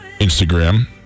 Instagram